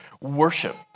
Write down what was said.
worship